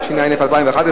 התשע"א 2011,